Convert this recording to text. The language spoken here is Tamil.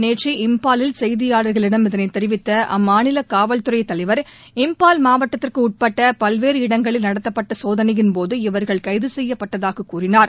நேற்று இம்பாலில் செய்தியாளர்களிடம் இதனைத் தெரிவித்த அம்மாநில காவல்துறை தலைவர் இம்பால் மாவட்டத்திற்கு உட்பட் பல்வேறு இடங்களில் நடத்தப்பட்ட கைது செய்யப்பட்டதாகக் கூறினார்